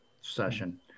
session